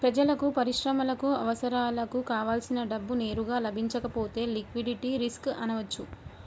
ప్రజలకు, పరిశ్రమలకు అవసరాలకు కావల్సినంత డబ్బు నేరుగా లభించకపోతే లిక్విడిటీ రిస్క్ అనవచ్చు